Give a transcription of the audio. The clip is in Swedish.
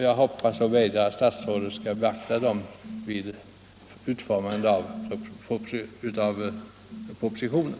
Jag hoppas och vädjar att statsrådet skall beakta dem vid utformandet av propositionen.